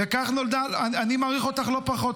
וכך נולדה -- אני מעריכה אותך --- אני מעריך אותך לא פחות,